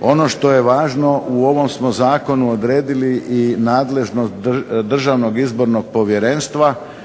Ono što je važno u ovom smo zakonu odredili i nadležnost Državnog izbornog povjerenstva